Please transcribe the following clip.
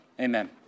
Amen